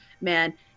man